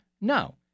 No